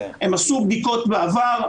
הם עשו בדיקות בעבר,